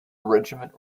regiment